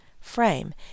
frame